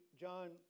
John